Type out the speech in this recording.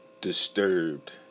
disturbed